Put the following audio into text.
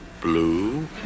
blue